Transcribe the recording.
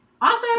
Awesome